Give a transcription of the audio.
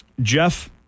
Jeff